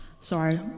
sorry